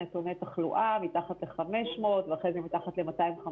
נתוני תחלואה מתחת ל-500 ואחרי זה מתחת ל-250.